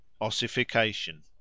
Ossification